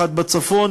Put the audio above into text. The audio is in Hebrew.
אחת בצפון,